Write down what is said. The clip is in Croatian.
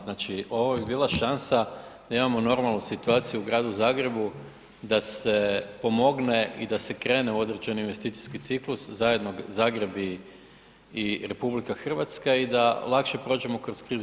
Znači ovo bi bila šansa da imamo normalnu situaciju u Gradu Zagrebu da se pomogne i da se krene u određeni investicijski ciklus, zajedno Zagreb i RH i da lakše prođemo kroz krizu.